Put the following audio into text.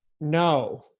no